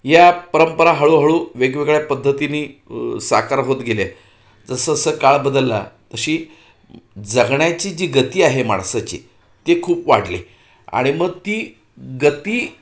या परंपरा हळूहळू वेगवेगळ्या पद्धतीने साकार होत गेल्या जसंजसं काळ बदलला तशी जगण्याची जी गती आहे माणसाची ती खूप वाढली आणि मग ती गती